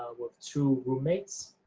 ah with two roommates.